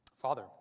Father